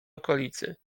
okolicy